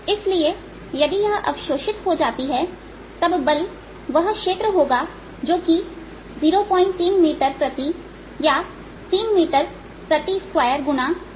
इसलिए यदि यह अवशोषित हो जाती है तब बल वह क्षेत्र होगा जो कि 03Scहै जो कि 03 गुना है